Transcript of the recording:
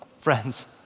friends